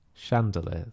Chandeliers